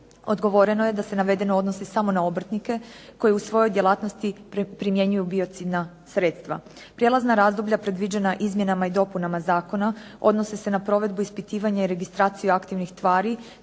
Odgovoreno je da se navedeno odnosi samo na obrtnike koji u svojoj djelatnosti primjenjuju biocidna sredstva. Prijelazna razdoblja predviđena izmjenama i dopunama zakona odnose na provedu, ispitivanje i registraciju aktivnih tvari,